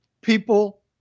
People